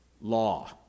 law